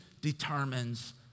determines